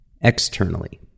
externally